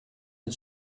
and